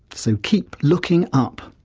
so keep looking up.